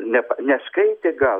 nepa neskaitė gal